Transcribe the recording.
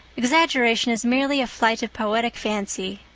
exaggeration is merely a flight of poetic fancy.